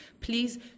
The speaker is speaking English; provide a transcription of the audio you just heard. Please